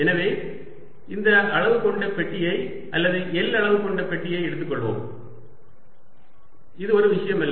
எனவே இந்த அளவு கொண்ட பெட்டியை அல்லது L அளவு கொண்ட பெட்டியை எடுத்துக்கொள்வோம் இது ஒரு விஷயமல்ல